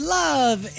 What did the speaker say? love